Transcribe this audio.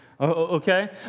Okay